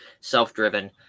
self-driven